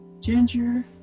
Ginger